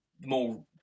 More